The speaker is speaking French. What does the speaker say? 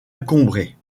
encombré